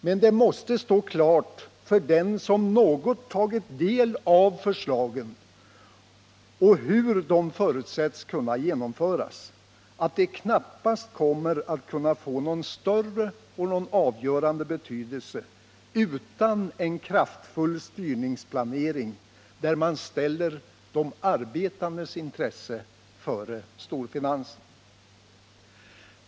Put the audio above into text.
Men det måste stå klart för den som något tagit del av förslagen och hur de förutsätts kunna genomföras, att de knappast kommer att kunna få någon större avgörande betydelse utan en kraftfull styrningsplanering, där man ställer de arbetandes intressen före storfinansens.